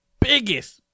biggest